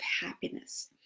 happiness